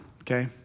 Okay